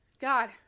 God